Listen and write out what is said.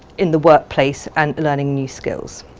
in the workplace and learning new skills.